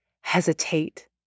Hesitate